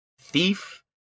Thief